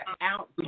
out